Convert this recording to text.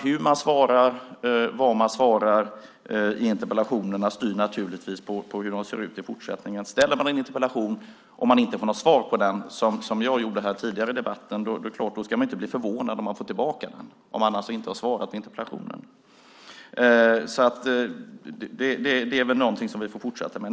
Hur man svarar och vad man svarar i interpellationerna styr naturligtvis lite grann hur de ser ut i fortsättningen. Om någon ställer en interpellation och inte får något svar på den, som jag gjorde här tidigare i debatten, ska man inte bli förvånad om interpellationen ställs igen. Det är väl något som vi får fortsätta med.